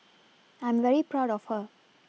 I'm very proud of her